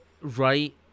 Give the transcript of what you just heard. Right